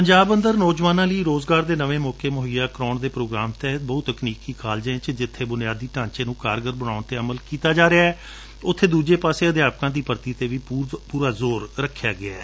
ਪੰਜਾਬ ਅੰਦਰ ਨੌਜਵਾਨਾਂ ਲਈ ਰੂਜ਼ਗਾਰ ਦੇ ਨਵੇ ਮੌਕੇ ਮੁੱਹਈਆ ਕਰਵਾਊਣ ਦੇ ਪ੍ਰੋਗਰਾਮ ਤਹਿਤ ਬਹੁਤ ਤਕਨੀਕੀ ਕਾਲਜਾਂ ਵਿਚ ਜਿੱਥੇ ਬੁਨਿਆਦੀ ਢਾਂਚੇ ਨੂੰ ਕਾਰਗਰ ਬਣਾਉਣ ਤੇ ਅਮਲ ਕੀਤਾ ਜਾ ਰਿਹੈ ਉਬੇ ਦੁਜੇ ਪਾਸੇ ਅਧਿਆਪਕਾਂ ਦੀ ਭਰਤੀ ਤੇ ਵੀ ਪੁਰਾ ਜ਼ੋਰ ਰਖਿਆ ਗਿਐ